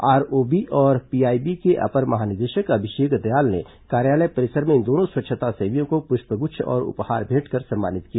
ROB और PIB के अपर महानिदेशक अभिषेक दयाल ने कार्यालय परिसर में इन दोनों स्वच्छता सेवियों को पृष्पगुच्छ और उपहार भेंट कर सम्मानित किया